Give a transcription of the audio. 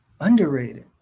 underrated